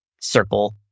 Circle